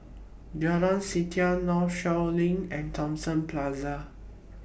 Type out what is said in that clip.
Jalan Setia Northshore LINK and Thomson Plaza